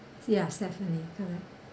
ya stephanie correct